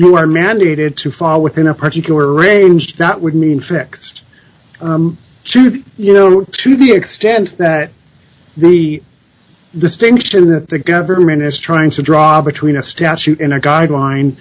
you are mandated to fall within a particular range that would mean fixed you know to the extent that the distinction that the government is trying to draw between a statute and a guideline